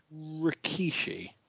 Rikishi